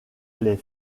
les